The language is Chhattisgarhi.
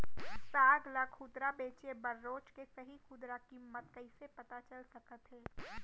साग ला खुदरा बेचे बर रोज के सही खुदरा किम्मत कइसे पता चल सकत हे?